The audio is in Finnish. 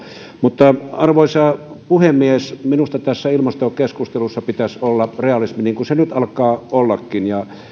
mutta arvoisa puhemies minusta tässä ilmastokeskustelussa pitäisi olla realismi mukana niin kuin se nyt alkaa ollakin